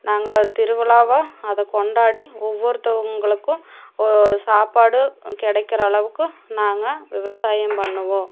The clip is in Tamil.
நாங்கள் திருவிழாவை அதை கொண்டாடி ஒவ்வொருத்தவங்களுக்கும் ஓ சாப்பாடு கிடைக்கிற அளவுக்கு நாங்கள் விவசாயம் பண்ணுவோம்